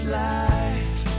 life